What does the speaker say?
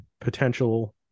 potential